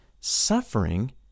suffering